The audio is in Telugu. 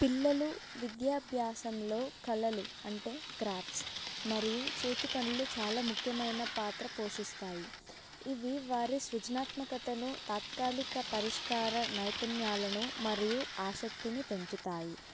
పిల్లలు విద్యాభ్యాసంలో కళలు అంటే క్రాఫ్ట్స్ మరియు చేతి పనులు చాలా ముఖ్యమైన పాత్ర పోషిస్తాయి ఇవి వారి సృజనాత్మకతను తాత్కాలిక పరిష్కార నైపుణ్యాలను మరియు ఆశక్తిని పెంచుతాయి